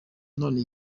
none